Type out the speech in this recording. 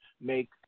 make